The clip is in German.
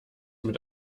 mit